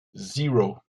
zero